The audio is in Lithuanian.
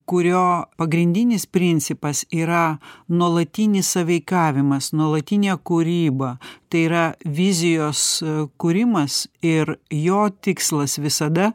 kurio pagrindinis principas yra nuolatinis sąveikavimas nuolatinė kūryba tai yra vizijos kūrimas ir jo tikslas visada